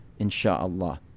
insha'Allah